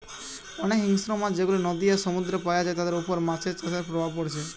অনেক হিংস্র মাছ যেগুলা নদী আর সমুদ্রেতে পায়া যায় তাদের উপর মাছ চাষের প্রভাব পড়ছে